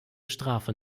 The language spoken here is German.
strafe